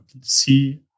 see